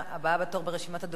הבאה בתור ברשימת הדוברים,